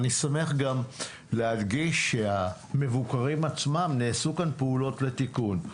אני שמח גם להדגיש שהמבוקרים עצמם נעשו כאן פעולות לתיקון,